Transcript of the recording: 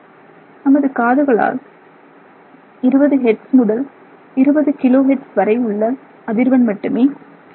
நமது காதுகளால் 20 ஹெர்ட்ஸ் முதல் 20 கிலோ ஹெர்ட்ஸ் வரை உள்ள அதிர்வெண் மட்டுமே கேட்க முடியும்